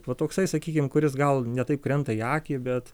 va toksai sakykim kuris gal ne taip krenta į akį bet